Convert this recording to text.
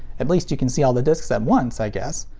at least you can see all the discs at once, i guess.